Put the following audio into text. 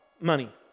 money